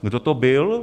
Kdo to byl?